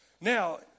Now